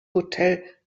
hotel